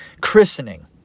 christening